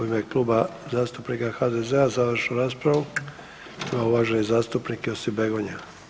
U ime Kluba zastupnika HDZ-a završnu raspravu ima uvaženi zastupnik Josip Begonja.